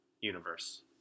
universe